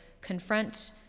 confront